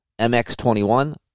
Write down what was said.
MX21